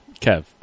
Kev